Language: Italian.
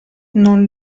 non